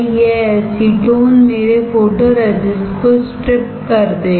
यह एसीटोन मेरे फोटोरेजिस्ट को स्ट्रिप कर देगा